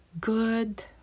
good